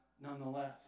nonetheless